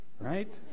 Right